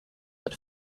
but